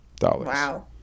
Wow